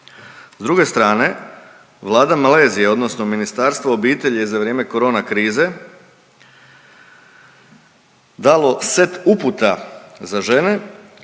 S druge strana Vlada Malezije, odnosno Ministarstvo obitelji je za vrijeme corona krize dalo set uputa za žene